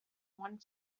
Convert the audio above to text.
one